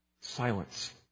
silence